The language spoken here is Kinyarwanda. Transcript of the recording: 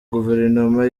guverinoma